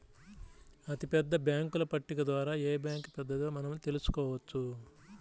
అతిపెద్ద బ్యేంకుల పట్టిక ద్వారా ఏ బ్యాంక్ పెద్దదో మనం తెలుసుకోవచ్చు